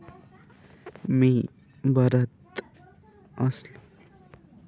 मी भरत असलेल्या कर्जाची तपशीलवार माहिती ऑनलाइन पाठवता येईल का?